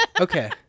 Okay